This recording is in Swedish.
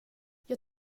jag